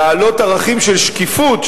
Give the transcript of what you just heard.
להעלות ערכים של שקיפות,